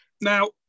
now